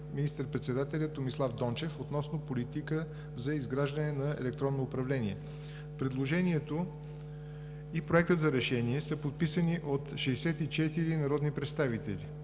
министър-председателя Томислав Дончев относно политика за изграждане на електронно управление. Предложението и проектът за решение са подписани от 64 народни представители,